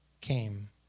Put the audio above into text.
came